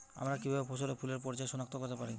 আমরা কিভাবে ফসলে ফুলের পর্যায় সনাক্ত করতে পারি?